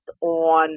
on